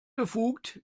befugt